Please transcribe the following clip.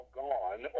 gone